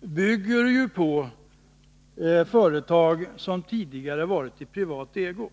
bygger på förhållan dena i företag som tidigare varit i privat ägo.